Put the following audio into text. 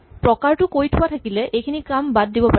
প্ৰকাৰটো কৈ থোৱা থাকিলে এইখিনি কাম বাদ দিব পাৰি